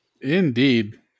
Indeed